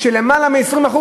של למעלה מ-20%.